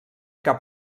cap